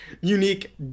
unique